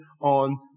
on